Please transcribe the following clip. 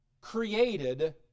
created